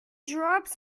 drops